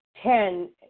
Ten